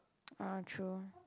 ah true